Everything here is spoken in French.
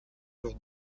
leurs